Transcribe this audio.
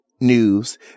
news